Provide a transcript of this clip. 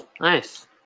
Nice